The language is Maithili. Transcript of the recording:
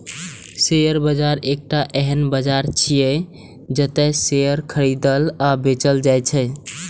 शेयर बाजार एकटा एहन बाजार छियै, जतय शेयर खरीदल आ बेचल जाइ छै